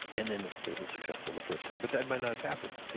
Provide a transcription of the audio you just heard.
and then it was successful the first time, but that might not have happened.